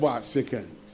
second